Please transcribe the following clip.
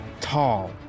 Tall